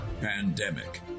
Pandemic